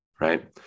right